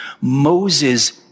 Moses